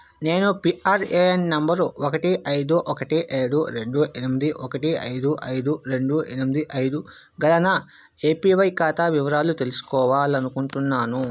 నేను పిఆర్ఎఎన్ నంబరు ఒకటి ఐదు ఒకటి ఏడు రెండు ఎనిమిది ఒకటి ఐదు ఐదు రెండు ఎనిమిది ఐదు గల నా ఏపీ వై ఖాతా వివరాలు తెలుసుకోవాలనుకుంటున్నాను